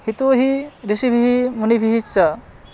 यतोहि ऋषिभिः मुनिभिश्च